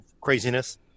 craziness